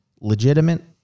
legitimate